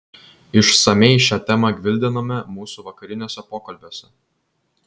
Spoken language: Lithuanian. išsamiai šią temą gvildenome mūsų vakariniuose pokalbiuose